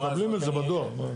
מקבלים את זה בדוח.